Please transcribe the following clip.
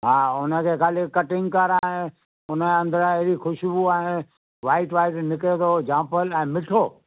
हा उनखे ख़ाली कटिंग कराए उनजे अंदरां अहिड़ी ख़ुशबू आहे वाइट वाइट निकिरे थो जामफ़ल ऐं मिठो